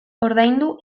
ordaindu